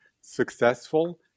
successful